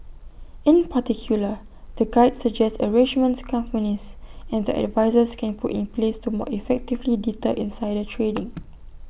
in particular the guide suggests arrangements companies and their advisers can put in place to more effectively deter insider trading